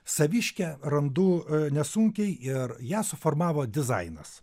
saviškę randu nesunkiai ir ją suformavo dizainas